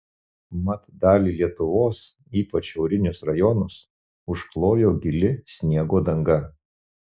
mat dalį lietuvos ypač šiaurinius rajonus užklojo gili sniego danga